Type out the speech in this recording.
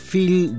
Feel